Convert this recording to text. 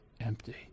empty